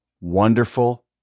wonderful